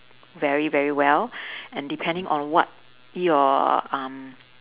very very well and depending on what your um